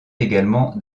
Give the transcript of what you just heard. également